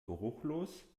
geruchlos